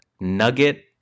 Nugget